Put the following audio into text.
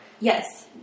Yes